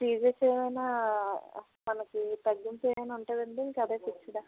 fees ఏమైనా మనకి తగ్గించేది ఏమైనా ఉంటుందా అండి ఇంకా అదే ఫిక్స్డా